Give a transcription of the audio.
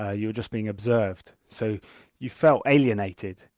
ah you were just being observed. so you felt alienated,